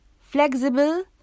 flexible